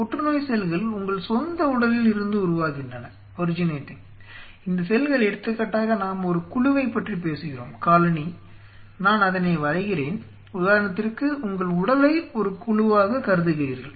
புற்றுநோய் செல்கள் உங்கள் சொந்த உடலில் இருந்து உருவாகின்றன இந்த செல்கள் எடுத்துக்காட்டாக நாம் ஒரு குழுவைப் பற்றி பேசுகிறோம் நான் அதனை வரைகிறேன் உதாரணத்திற்கு உங்கள் உடலை ஒரு குழுவாக கருதுகிறீர்கள்